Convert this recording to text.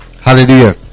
Hallelujah